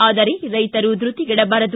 ಆದರೆ ರೈತರು ಧ್ವತಿಗೆಡಬಾರದು